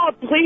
Please